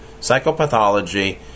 Psychopathology